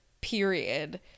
period